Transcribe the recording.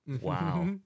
Wow